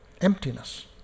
Emptiness